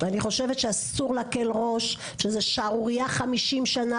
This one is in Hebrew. ואני חושבת שאסור להקל ראש, שזו שערורייה 50 שנים.